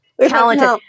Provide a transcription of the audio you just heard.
Talented